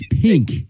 Pink